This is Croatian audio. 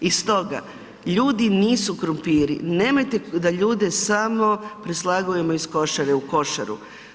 I stoga, ljudi nisu krumpiri, nemojte da ljude samo preslagujemo iz košare u košaru.